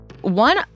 one